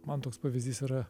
man toks pavyzdys yra